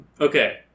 Okay